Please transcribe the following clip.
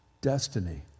destiny